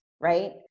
right